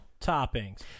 toppings